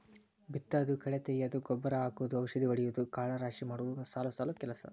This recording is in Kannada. ಬಿತ್ತುದು ಕಳೆ ತಗಿಯುದು ಗೊಬ್ಬರಾ ಹಾಕುದು ಔಷದಿ ಹೊಡಿಯುದು ಕಾಳ ರಾಶಿ ಮಾಡುದು ಸಾಲು ಸಾಲು ಕೆಲಸಾ